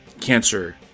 cancer